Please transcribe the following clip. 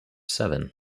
seven